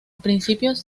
principios